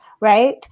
right